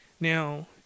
Now